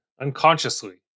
unconsciously